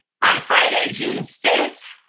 on friday, june fifth,